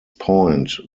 point